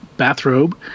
bathrobe